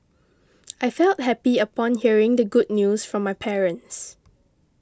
I felt happy upon hearing the good news from my parents